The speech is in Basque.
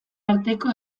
arteko